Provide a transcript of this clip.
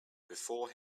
before